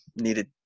needed